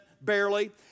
barely